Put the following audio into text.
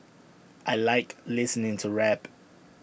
I Like listening to rap